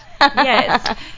Yes